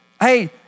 Hey